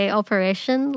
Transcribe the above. operation